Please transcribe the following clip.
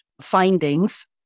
findings